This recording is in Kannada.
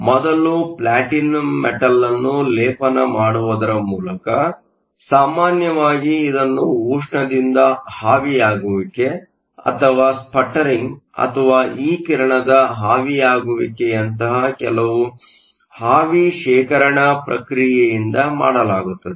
ಮೊದಲು ಪ್ಲಾಟಿನಂ ಮೆಟಲ್ ಅನ್ನು ಲೇಪನ ಮಾಡುವುದರ ಮೂಲಕ ಸಾಮಾನ್ಯವಾಗಿ ಇದನ್ನು ಉಷ್ಣದಿಂದ ಆವಿಯಾಗುವಿಕೆ ಅಥವಾ ಸ್ಪಟ್ಟರಿಂಗ್ ಅಥವಾ ಇ ಕಿರಣದ ಆವಿಯಾಗುವಿಕೆಯಂತಹ ಕೆಲವು ಆವಿ ಶೇಖರಣಾ ಪ್ರಕ್ರಿಯೆಯಿಂದ ಮಾಡಲಾಗುತ್ತದೆ